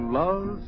love